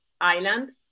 island